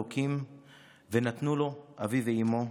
// לכל איש יש שם / שנתן לו אלוקים / ונתנו לו אביו ואימו.